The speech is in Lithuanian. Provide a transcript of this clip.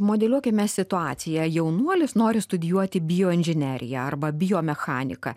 modeliuokime situaciją jaunuolis nori studijuoti bioinžineriją arba biomechaniką